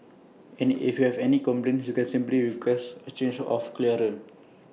and if you have any complaints you can simply request A change of cleaner